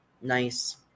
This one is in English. nice